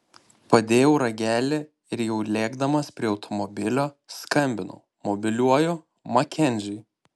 padėjau ragelį ir jau lėkdamas prie automobilio skambinau mobiliuoju makenziui